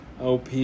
OP